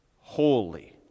holy